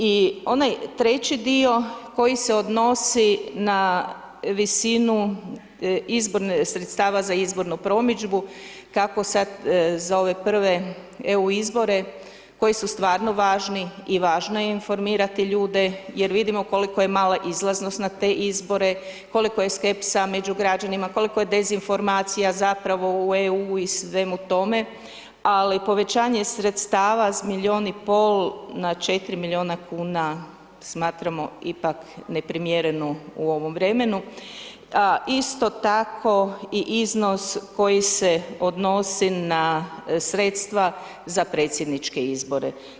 I onaj treći dio koji se odnosi na visinu izborne, sredstava za izbornu promidžbu, kako sad za ove prve EU izbore koji su stvarno važni i važno je informirati ljude jer vidimo koliko je mala izlaznost na te izbore, koliko je skepsa među građanima, koliko je dezinformacija zapravo u EU i svemu tome, ali povećanje sredstava s milion i pol na 4 miliona kuna smatramo ipak neprimjerenu u ovom vremenu, a isto tako i iznos koji se odnosi na sredstva za predsjedničke izbore.